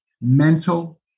mental